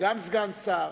וגם סגן שר,